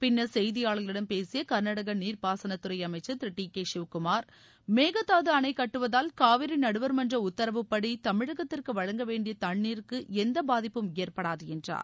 பின்னர் செய்தியாளர்களிடம் பேசிய கர்நாடக நீர்பாசனத் துறை அமைச்சர் திரு டி கே ஷிவ்குமார் மேகதாது அணை கட்டுவதால் காவிரி நடுவா்மன்ற உத்தரவுபடி தமிழகத்திற்கு வழங்க வேண்டிய தண்ணீருக்கு எந்த பாதிப்பும் ஏற்படாது என்றார்